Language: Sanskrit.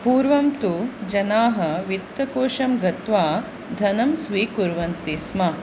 पूर्वं तु जनाः वित्तकोषं गत्वा धनं स्वीकुर्वन्ति स्म